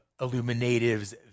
Illuminative's